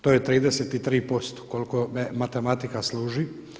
To je 33% koliko me matematika služi.